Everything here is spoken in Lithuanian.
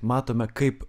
matome kaip